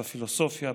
בפילוסופיה,